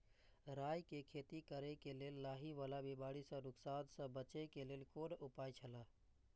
राय के खेती करे के लेल लाहि वाला बिमारी स नुकसान स बचे के लेल कोन उपाय छला?